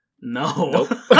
No